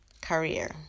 career